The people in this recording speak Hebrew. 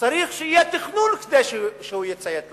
צריך שיהיה תכנון כדי שהוא יציית לחוק.